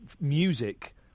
music